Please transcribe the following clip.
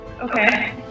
Okay